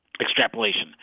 extrapolation